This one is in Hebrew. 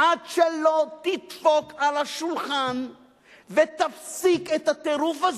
עד שלא תדפוק על השולחן ותפסיק את הטירוף הזה,